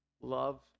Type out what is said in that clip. love